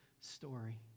story